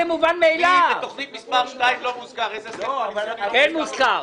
תוכנית מס' 2 לא מוזכר - איזה הסכם קואליציוני לא מוזכר?